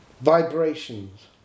vibrations